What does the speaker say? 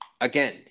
again